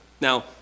Now